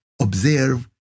observe